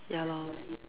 ya loh